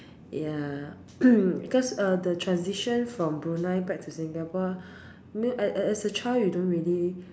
ya cause uh the transition from Brunei back to Singapore as as as a child you don't really